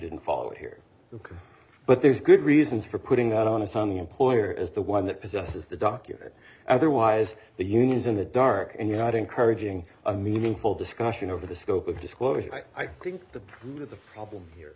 didn't follow it here but there's good reasons for putting on a song employer is the one that possesses the document otherwise the union's in the dark and you're not encouraging a meaningful discussion over the scope of disclosure i think the proof of the problem here